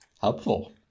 Helpful